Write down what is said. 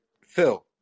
Phil